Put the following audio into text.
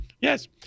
Yes